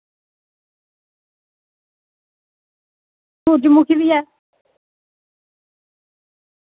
सुरजमुखी बी ऐ